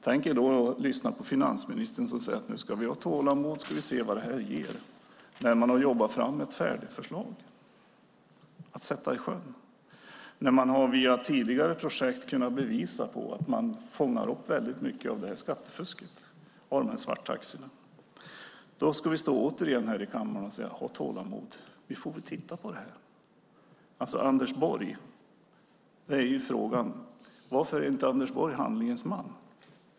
Tänk er då att lyssna på finansministern som säger att vi nu ska ha tålamod och se vad detta ger när man har jobbat fram ett färdigt förslag att sätta i sjön och när man via tidigare projekt har kunnat visa att man fångar upp mycket av skattefusket från dessa svarttaxibilar. Då ska vi återigen stå här i kammaren och säga: Ha tålamod, vi får titta på detta. Varför är inte Anders Borg handlingens man?